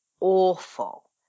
awful